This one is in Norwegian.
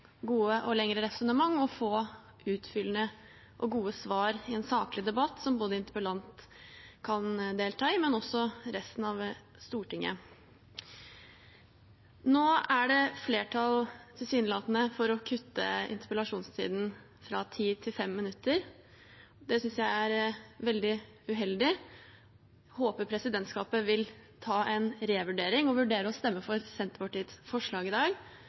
gode og lengre resonnement og få utfyllende og gode svar i en saklig debatt som både interpellant og resten av Stortinget kan delta i. Nå er det tilsynelatende flertall for å kutte interpellasjonstiden fra 10 til 5 minutter. Det synes jeg er veldig uheldig. Jeg håper presidentskapet vil ta en revurdering og vurdere å stemme for Senterpartiets forslag